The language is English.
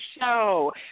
Show